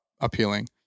Appealing